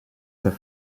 face